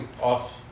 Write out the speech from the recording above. off